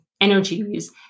energies